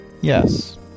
Yes